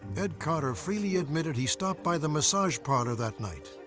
ed carter freely admitted he stopped by the massage parlor that night,